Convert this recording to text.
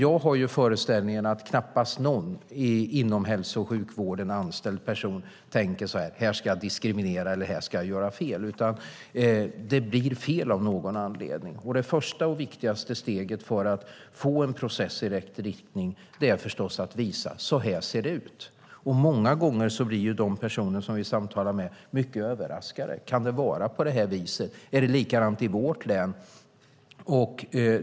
Jag har föreställningen att knappast någon anställd inom hälso och sjukvården tänker "Här ska jag diskriminera" eller "Här ska jag göra fel", utan det blir fel av någon anledning. Det första och viktigaste steget för att få en process i rätt riktning är förstås att visa hur det ser ut. Många gånger blir de personer som vi samtalar med mycket överraskade: Kan det vara på det här viset? Är det likadant i vårt län?